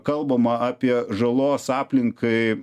kalbama apie žalos aplinkai